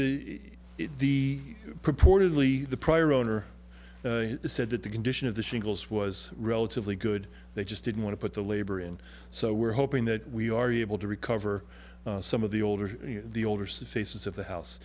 the who purportedly the prior owner said that the condition of the shingles was relatively good they just didn't want to put the labor in so we're hoping that we are able to recover some of the older the older sis faces of the house